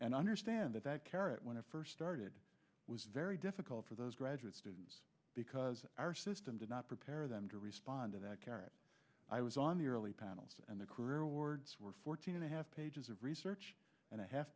and understand that that carrot when it first started was very difficult for those graduate students because our system did not prepare them to respond to that carrot i was on the early panels and the career awards were fourteen and a half pages of research and a half